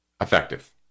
effective